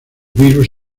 virus